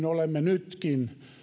olemme nytkin